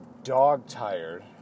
dog-tired